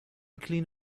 clean